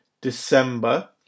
December